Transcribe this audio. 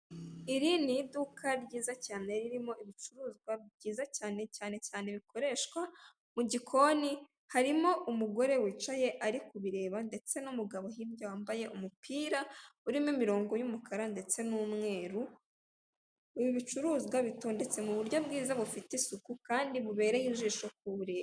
Iri ni iduka ryiza cyane ririmo ibicuruzwa byiza cyane, cyane cyane bikoreshwa mu gikoni, harimo umugore wicaye ari kubireba ndetse n'umugabo hirya wambaye umupira urimo imirongo y'umukara ndetse n'umweru, ibi bicuruzwa bitondetse mu buryo bwiza bufite isuku kandi bubereye ijisho ku bureba.